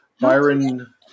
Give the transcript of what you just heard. Byron